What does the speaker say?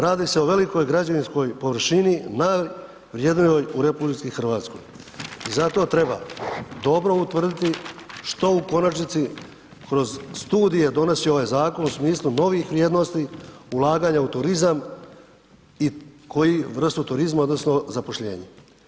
Radi se o velikoj građevinskoj površini najvrjednijoj u RH i zato treba dobro utvrditi što u konačnici kroz studije donosi ovaj zakon u smislu novih vrijednosti ulaganja u turizam i koju vrstu turizma odnosno zapošljenje.